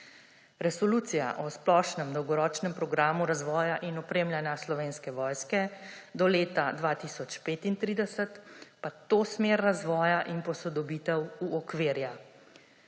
resolucija o splošnem dolgoročnem programu razvoja in opremljanja Slovenske vojske do leta 2035 pa to smer razvoja in posodobitev uokvirja.